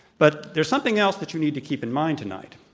but there's something else that you need to keep in mind tonight.